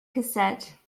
cassette